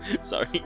Sorry